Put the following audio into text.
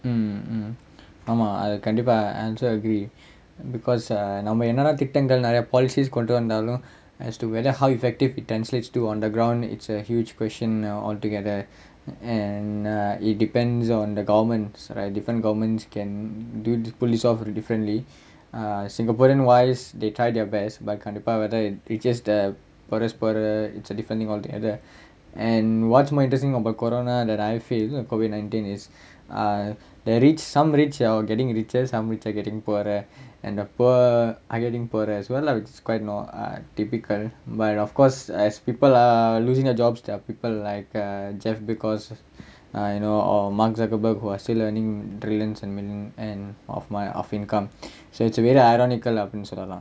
mm mm ஆமா அது கண்டிப்பா:aamaa athu kandippaa I also agree because err நம்ம என்ன தான் திட்டங்கள் நிறைய:namma enna thaan thittangal niraiya policies கொண்டு வந்தாலும்:kondu vanthaalum as to whether how effective it translates to on the ground it's a huge question now altogether and err it depends on the governments right different governments can do can resolve it differently err singaporean wise they try their best but கண்டிப்பா:kandippaa whether it reaches the poorest poor uh it's a different thing altogether and what's more interesting about corona that I feel that COVID nineteen is uh the rich err some rich are getting richer and some rich are getting poorer and the poor are getting poorer as well and err it's quite nor~ uh typical lah but of course as people are losing their jobs there are people like uh jeff because uh you know or mark zuckerberg who are still earning billions and mill~ of my of income so it's a bit ironical lah அப்படின்னு சொல்லலாம்:appdinnu sollalaam